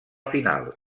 final